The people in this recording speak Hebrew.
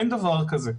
אין דבר כזה.